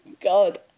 God